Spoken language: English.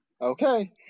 Okay